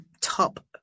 top